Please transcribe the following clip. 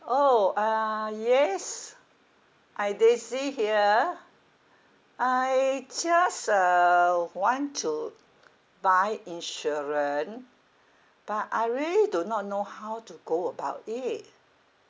!ow! ah yes uh daisy here I just uh want to buy insurance but I really do not know how to go about it